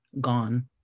gone